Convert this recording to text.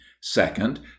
Second